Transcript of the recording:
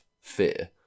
fear